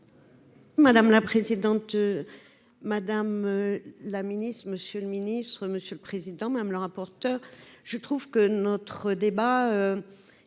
Madame la présidente, madame la Ministre, monsieur le ministre, monsieur le président, madame le rapporteur, je trouve que notre débat est extrêmement important